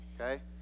Okay